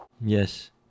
Yes